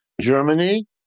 Germany